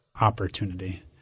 opportunity